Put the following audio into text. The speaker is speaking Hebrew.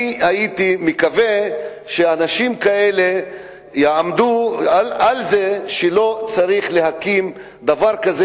אני הייתי מקווה שאנשים כאלה יעמדו על זה שלא צריך להקים דבר כזה,